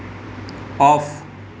off